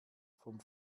vom